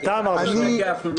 אני אומר -- שאתה אמרת, יוראי.